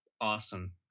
awesome